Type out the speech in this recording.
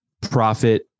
profit